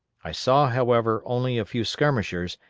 i saw, however, only a few skirmishers,